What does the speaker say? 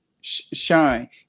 shine